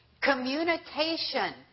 communication